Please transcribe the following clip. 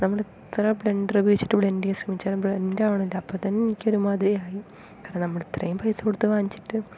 നമ്മൾ എത്ര ബ്ലെൻഡർ ഉപയോഗിച്ചിട്ട് ബ്ലെൻഡ് ചെയ്താൻ ശ്രമിച്ചാലും ബ്ലെൻഡ് ആവണില്ല അപ്പോൾ തന്നെ എനിക്ക് ഒരുമാതിരി ആയി കാരണം നമ്മൾ ഇത്രയും പൈസ കൊടുത്തു വാങ്ങിച്ചിട്ട്